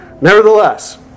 nevertheless